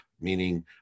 meaning